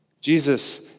Jesus